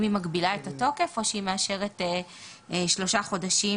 היא מגבילה את התוקף או שהיא מאשרת שלושה חודשים